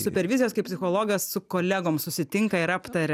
supervizijos kai psichologas su kolegom susitinka ir aptaria